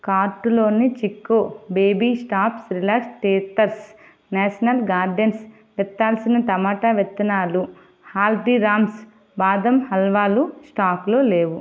కార్టులోని Chicco baby soft relax teethers national gardens విత్తాల్సిన టమాటా విత్తనాలు హల్దీరామ్స్ బాదం హల్వాలు స్టాకులో లేవు